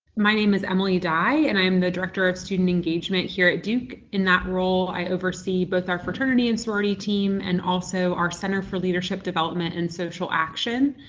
my name is emilie dye, and i'm the director of student engagement here at duke. in that role i oversee both our fraternity and sorority team and also our center for leadership development and social action.